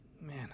Man